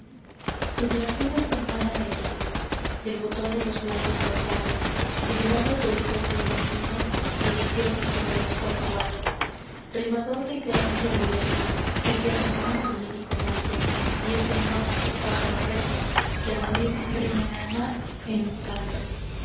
su blancura es hermana del lino del botón de los blancos rosales y del albo toisón diamantino de los tiernos corderos pascuales rimador de ideal florilegio es de armiño su lírico manto y es el mágico pájaro regio que al morir rima el alma en un canto el